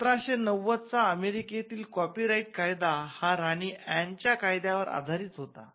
१७९० चा अमेरिकेतील copyright कायदा हा राणी ऍन च्या कायद्यावर आधारित होता